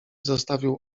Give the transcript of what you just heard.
zostawił